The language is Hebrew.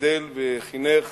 שגידל וחינך